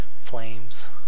flames